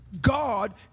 God